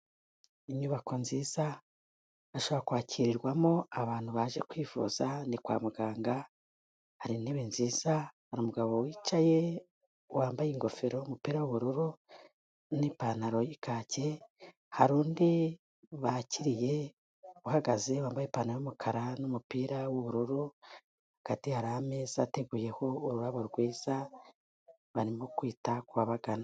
Inyubako nziza ashobora kwakirwamo abantu baje kwivuza, ni kwa muganga hari intebe nziza hari umugabo wicaye wambaye ingofero n'umupira w'ubururu n'ipantaro ya kaki, hari undi bakiriye uhagaze wambaye ipantaro y'umukara n'umupira w'ubururu, hagati hari ameza yateguyeho ururabo rwiza barimo kwita ku babagana.